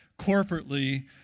corporately